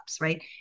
right